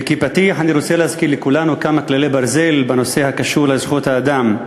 כפתיח אני רוצה להזכיר לכולנו כמה כללי ברזל בנושא הקשור לזכויות האדם.